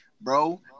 bro